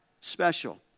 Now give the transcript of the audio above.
special